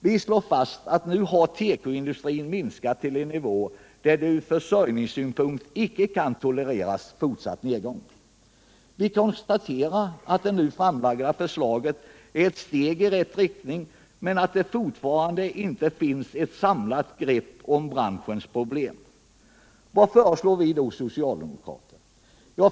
Vi slår fast att tekoindustrin nu har minskat till en nivå där det ur försörjningssynpunkt icke kan tolereras en fortsatt nedgång. Vi konstaterar att det nu framlagda förslaget är ett steg i rätt riktning men att det fortfarande inte finns något samlat grepp om branschens problem. Vad föreslår då vi socialdemokrater?